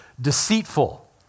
Deceitful